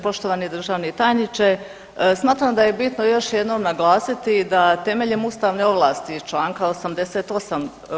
Poštovani državni tajniče, smatram da je bitno još jednom naglasiti da temeljem ustavne ovlasti iz Članka 88.